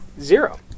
Zero